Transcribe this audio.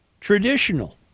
traditional